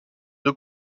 deux